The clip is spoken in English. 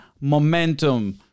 momentum